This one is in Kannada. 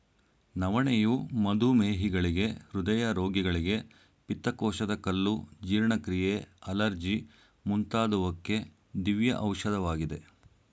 ನವಣೆಯು ಮಧುಮೇಹಿಗಳಿಗೆ, ಹೃದಯ ರೋಗಿಗಳಿಗೆ, ಪಿತ್ತಕೋಶದ ಕಲ್ಲು, ಜೀರ್ಣಕ್ರಿಯೆ, ಅಲರ್ಜಿ ಮುಂತಾದುವಕ್ಕೆ ದಿವ್ಯ ಔಷಧವಾಗಿದೆ